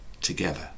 together